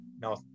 No